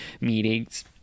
meetings